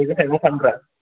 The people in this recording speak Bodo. मैगं थाइगं फानग्रा